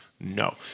No